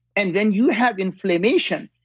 and then you have inflammation.